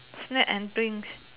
snack and drinks